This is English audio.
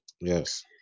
Yes